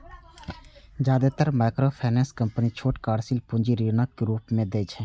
जादेतर microfinance company छोट कार्यशील पूंजी ऋणक रूप मे दै छै